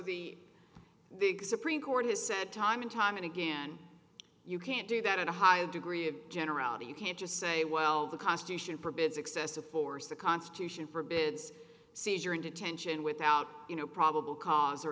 big supreme court has said time and time and again you can't do that in a high degree of generality you can't just say well the constitution forbids excessive force the constitution forbids seizure and detention without you know probable cause or